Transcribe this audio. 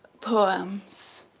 poems.